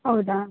ಹೌದಾ